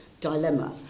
dilemma